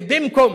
ובמקום